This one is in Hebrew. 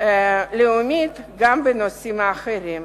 לאומית גם בנושאים אחרים.